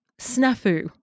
snafu